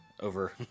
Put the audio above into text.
over